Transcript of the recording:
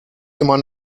immer